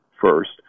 first